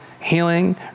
healing